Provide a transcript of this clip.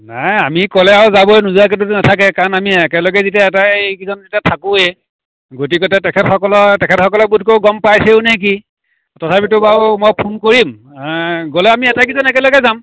নাই আমি ক'লে আৰু যাবই নোযোৱাকেতো নাথাকে কাৰণ আমি একেলগে যেতিয়া আটাইজন যেতিয়া থাকোঁয়েই গতিকে তেখেতসকল তেখেতসকলো বোধ কৰোঁ গম পাইছেও নে কি তথাপিতো বাৰু মই ফোন কৰিম গ'লে আমি আটাইকেইজন একেলেগে যাম